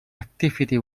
activity